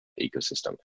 ecosystem